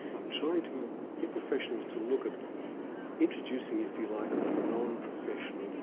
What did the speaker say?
i'm trying to get professionals to look at introducing, if you like, the non-professional and